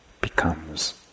becomes